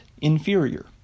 inferior